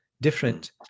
different